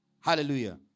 Hallelujah